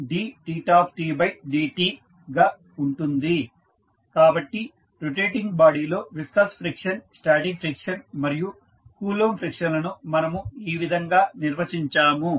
కాబట్టి రొటేటింగ్ బాడీలో viscous friction static friction మరియు కూలుంబ్ ఫ్రిక్షన్ లను మనము ఈ విధంగా నిర్వచించాము